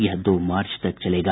यह दो मार्च तक चलेगा